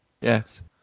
Yes